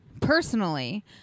personally